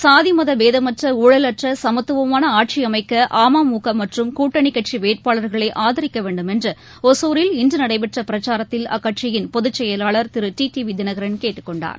சாதி மகபேதமற்ற ஊழல் சமத்துவமானஆட்சிஅமைக்கஅமமகமற்றம் அற்ற கூட்டணிகட்சிவேட்பாளர்களைஆதரிக்கவேண்டும் என்றுஒசூரில் இன்றுநடைபெற்றபிரச்சாரத்தில் அக்கட்சியின் பொதுச் செயலாளர் திரு டி டிவிதினகரன் கேட்டுக்கொண்டார்